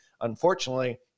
unfortunately